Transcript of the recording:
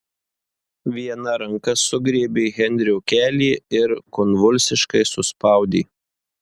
viena ranka sugriebė henrio kelį ir konvulsiškai suspaudė